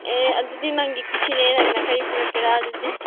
ꯑꯦ ꯑꯗꯨꯗꯤ ꯅꯪꯒꯤ ꯀꯨꯁꯤꯅꯦ ꯅꯪꯅ ꯀꯩ ꯄꯨꯔꯛꯀꯦꯔ ꯑꯗꯨꯗꯤ